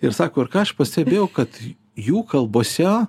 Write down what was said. ir sako ir ką aš pastebėjau kad jų kalbose